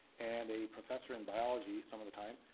and a professor in biology some of the time.